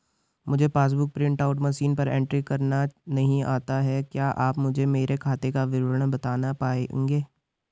मुझे passbook book print out machine पर entry करना नहीं आता है क्या आप मुझे मेरे खाते का विवरण बताना पाएंगे?